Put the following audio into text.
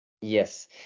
Yes